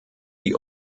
die